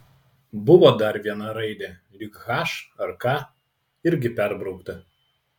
buvo dar viena raidė lyg h ar k irgi perbraukta